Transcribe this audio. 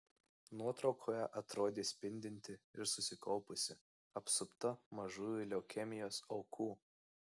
nuotraukoje atrodė spindinti ir susikaupusi apsupta mažųjų leukemijos aukų